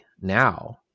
now